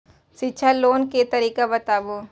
शिक्षा लोन के तरीका बताबू?